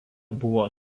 buvo